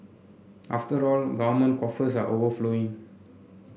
after all government coffers are overflowing